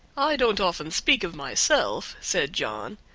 i don't often speak of myself, said john,